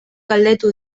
galdetu